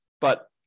But-